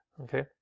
okay